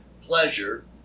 pleasure